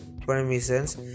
permissions